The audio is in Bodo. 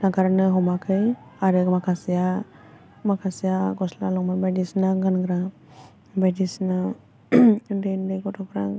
नागारनो हमाखै आरो माखासेया माखासेया ग'स्ला लंफेन बायदिसिना गानग्रा बायदिसिना ओन्दै ओन्दै गथ'फ्रा